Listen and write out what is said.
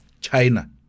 China